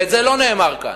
זה לא נאמר כאן.